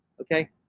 Okay